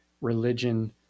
religion